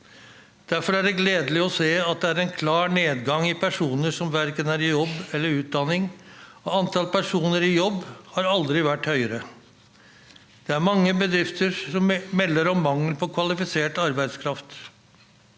Derfor er det gledelig å se at det er en klar nedgang i antall personer som verken er i jobb eller utdanning. Antall personer i jobb har aldri vært høyere. Det er mange bedrifter som melder om mangel på kvalifisert arbeidskraft.